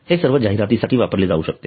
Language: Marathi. हे सर्व जाहिरातीसाठी वापरले जाऊ शकते